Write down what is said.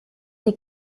die